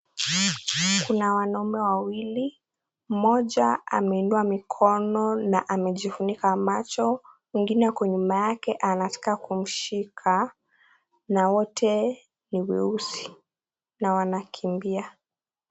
Kuna wanaume wawili, mmoja ameinua mikono na amejifunika macho, mwingine ako nyuma yake, anataka kumshika, na wote ni weusi na wanakimbia.